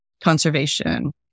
conservation